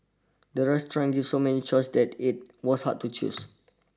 the restaurant give so many choices that it was hard to choose